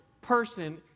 person